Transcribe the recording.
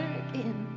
again